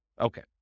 Okay